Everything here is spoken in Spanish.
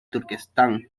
turquestán